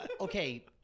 Okay